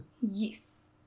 Yes